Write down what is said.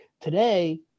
today